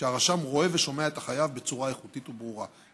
כשהרשם רואה ושומע את החייב בצורה איכותית וברורה.